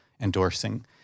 endorsing